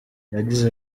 yagize